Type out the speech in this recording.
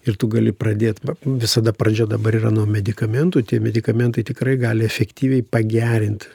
ir tu gali pradėt visada pradžia dabar yra nuo medikamentų tie medikamentai tikrai gali efektyviai pagerint